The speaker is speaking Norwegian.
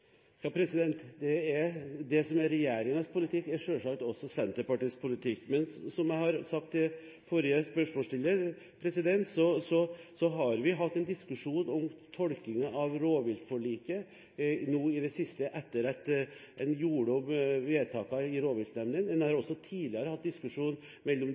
Det som er regjeringens politikk, er selvsagt også Senterpartiets politikk. Som jeg sa til forrige spørsmålsstiller, har vi hatt en diskusjon om tolkningen av rovviltforliket nå i det siste etter at en gjorde om vedtakene i rovviltnemndene. En har også tidligere hatt diskusjon mellom